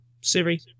Siri